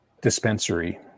dispensary